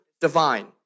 divine